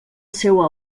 seua